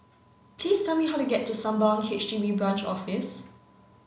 please tell me how to get to Sembawang H D B Branch Office